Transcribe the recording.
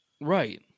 Right